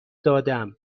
دادم